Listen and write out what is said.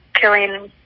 killing